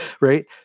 right